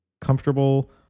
comfortable